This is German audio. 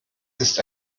ist